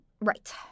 right